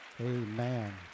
Amen